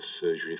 surgery